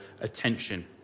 attention